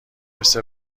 مثل